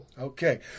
Okay